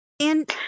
And-